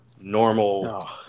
normal